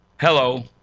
hello